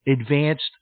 advanced